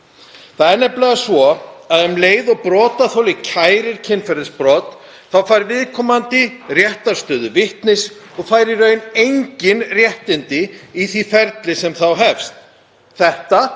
Það er nefnilega svo að um leið og brotaþoli kærir kynferðisbrot fær viðkomandi réttarstöðu vitnis og fær í raun engin réttindi í því ferli sem þá hefst. Þetta